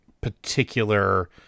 particular